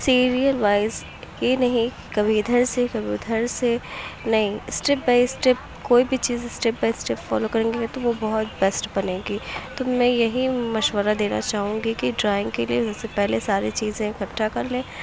serial wise یہ نہیں کہ کبھی ادھر سے کبھی ادھر سے نہیں اسٹپ بائی اسٹپ کوئی بھی چیز اسٹپ بائی اسٹپ فالو کریں گے تو وہ بہت بسٹ بنے گی تو میں یہی مشورہ دینا چاہوں گی کہ ڈرائنگ کے لیے سب سے پہلے ساری چیزیں اکٹھا کرلیں